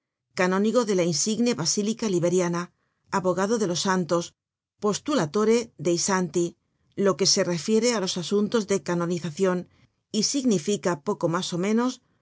canónigo de la insigne basílica liberiana abogado de los santos postulatore dei santi lo que se refiere á los asuntos de canonizacion y significa poco mas ó menos